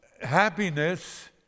happiness